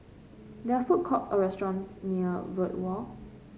there are food courts or restaurants near Verde Walk